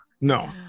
No